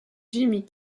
jimmy